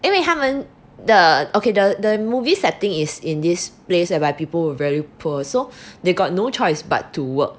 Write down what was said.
因为他们的的 okay the the movie I think is in this place right where by people were very poor so they got no choice but to work